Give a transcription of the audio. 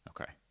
Okay